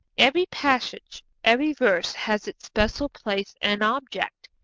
every passage, every verse has its special place and object.